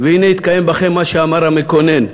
והנה התקיים בכם מה שאמר המקונן: